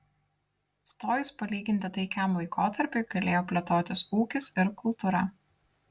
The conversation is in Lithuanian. stojus palyginti taikiam laikotarpiui galėjo plėtotis ūkis ir kultūra